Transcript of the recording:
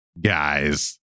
guys